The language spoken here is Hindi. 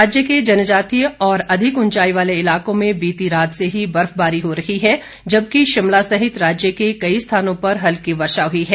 राज्य के जनजातीय और अधिक उंचाई वाले इलाकों में बीती रात से ही बर्फबारी हो रही है जबकि शिमला सहित राज्य के कई स्थानों पर हल्की वर्षा हुई है